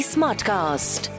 Smartcast